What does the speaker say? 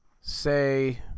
say